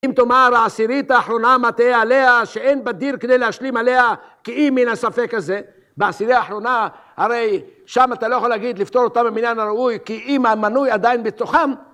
אם תאמר העשירית האחרונה מטעה עליה שאין בדיר כדי להשלים עליה כי היא מן הספק הזה בעשירי האחרונה, הרי שם אתה לא יכול להגיד לפתור אותה במנין הראוי כי אם המנוי עדיין בתוכם